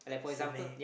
survey